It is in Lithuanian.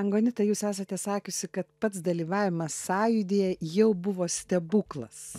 angonita jūs esate sakiusi kad pats dalyvavimas sąjūdyje jau buvo stebuklas